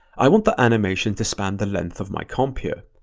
i want the animation to span the length of my comp here.